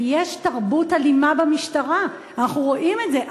ויש תרבות אלימה במשטרה, אנחנו רואים את זה.